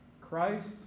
Christ